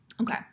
Okay